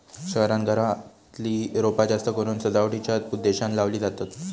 शहरांत घरातली रोपा जास्तकरून सजावटीच्या उद्देशानं लावली जातत